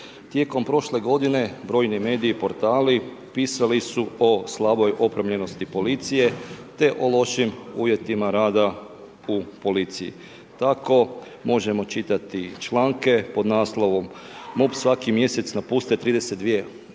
Tijekom prošle godine, brojni mediji, portali pisali su o slaboj opremljenosti policije te o lošim uvjetima rada u policiji. Tako možemo čitati članke pod naslovom MUP svaki mjesec napuste 32